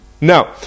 Now